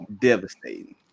Devastating